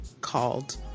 called